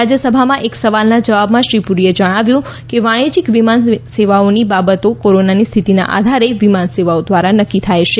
રાજ્યસભામાં એક સવાલના જવાબમાં શ્રી પુરીએ જણાવ્યું કે વાણિજ્યિક વિમાન સેવાઓની બાબતો કોરોનાની સ્થિતિના આધારે વિમાનસેવાઓ દ્વારા નક્કી થાય છે